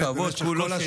הכבוד כולו שלי.